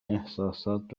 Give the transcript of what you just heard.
احساسات